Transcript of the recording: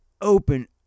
open